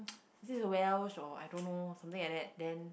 is it a well show I don't know something like that then